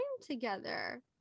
together